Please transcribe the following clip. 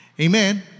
Amen